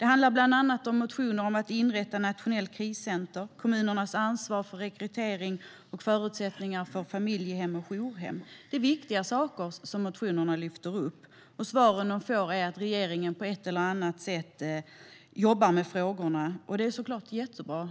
handlar bland annat om att inrätta ett nationellt kriscentrum, kommunernas ansvar för rekryteringar och förutsättningar för familjehem och jourhem. Det är viktiga saker som lyfts fram i motionerna. Det svar som ges med anledning av motionerna är att regeringen på ett eller annat sätt jobbar med frågorna. Det är såklart jättebra.